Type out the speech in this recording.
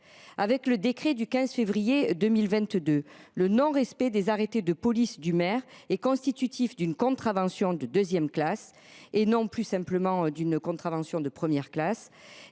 du décret du 15 février 2022, le non respect des arrêtés de police du maire est constitutif d’une contravention de deuxième classe et non plus simplement d’une contravention de première classe.